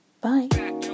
Bye